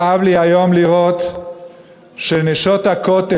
כאב לי היום לראות ש"נשות הכותל",